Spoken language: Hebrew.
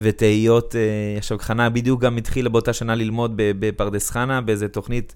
ותהיות, שוק חנה בדיוק גם התחיל באותה שנה ללמוד בפרדס חנה באיזה תוכנית.